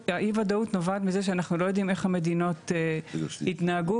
שאנחנו לא יודעים איך המדינות יתנהגו,